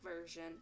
version